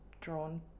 drawn